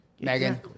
Megan